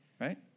Right